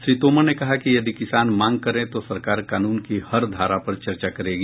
श्री तोमर ने कहा कि यदि किसान मांग करेंगे तो सरकार कानून की हर धारा पर चर्चा करेगी